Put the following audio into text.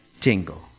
tingle